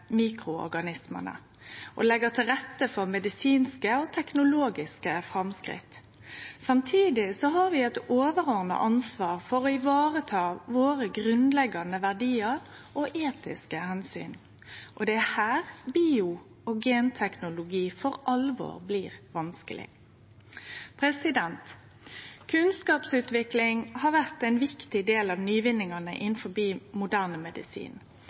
mikroorganismane og leggje til rette for medisinske og teknologiske framsteg. Samtidig har vi eit overordna ansvar for å vareta dei grunnleggjande verdiane og etiske omsyna – det er her bio- og genteknologi for alvor blir vanskeleg. Kunnskapsutvikling har vore ein viktig del av nyvinningane innanfor moderne medisin.